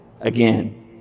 Again